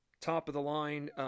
top-of-the-line